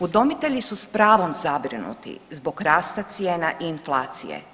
Udomitelji su s pravom zabrinuti zbog rasta cijena i inflacije.